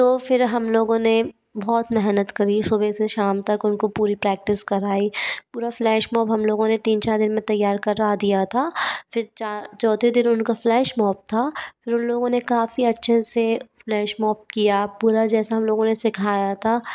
तो फिर हम लोगों ने बहुत मेहनत करी सुबह से शाम तक उनको पूरी प्रैक्टिस कराई पूरा फ्लैशमॉब हम लोगों ने तीन चार दिन में तैयार करवा दिया था फिर चा चौथे दिन उनका फ्लैशमॉब था फिर उन लोगों ने काफ़ी अच्छे से फ्लैशमॉब किया पूरा जैसा हम लोगों ने सिखाया था